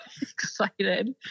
excited